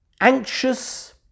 anxious